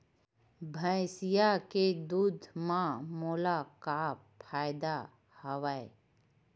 भैंसिया के दूध म मोला का फ़ायदा हवय?